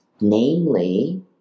namely